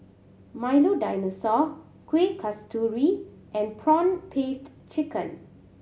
Milo Dinosaur Kueh Kasturi and prawn paste chicken